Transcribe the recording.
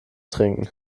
trinken